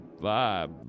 vibe